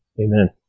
Amen